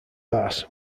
bass